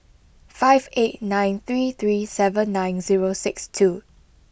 five eight nine three three seven nine zero six two